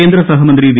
കേന്ദ്ര സഹമന്ത്രി വി